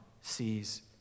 sees